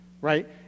right